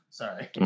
Sorry